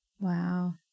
Wow